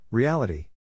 Reality